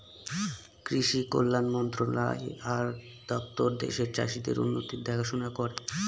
কৃষি কল্যাণ মন্ত্রণালয় আর দপ্তর দেশের চাষীদের উন্নতির দেখাশোনা করে